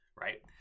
right